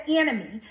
enemy